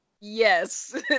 yes